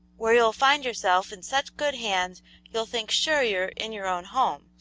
where you'll find yourself in such good hands you'll think sure you're in your own home,